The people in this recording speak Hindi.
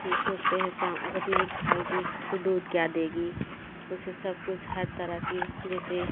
कि सोचते हैं शाम अगर नहीं खाएगी तो दूध क्या देगी उसे सब कुछ हर तरह की जैसे